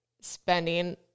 spending